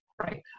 right